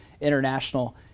international